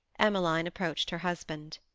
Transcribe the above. emmeline approached her husband.